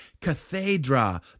cathedra